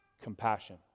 compassion